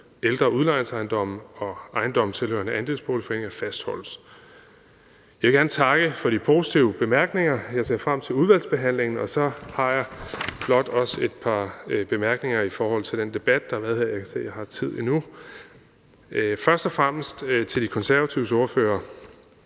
ældre udlejningsejendomme og ejendomme tilhørende andelsboligforeninger fastholdes. Jeg vil gerne takke for de positive bemærkninger, og jeg ser frem til udvalgsbehandlingen. Og så har jeg blot også et par bemærkninger i forhold til den debat, der har været her, og jeg kan se, at jeg har tid endnu. Først og fremmest til De Konservatives ordfører: